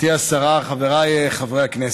גברתי השרה, חבריי חברי הכנסת,